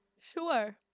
Sure